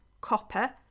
copper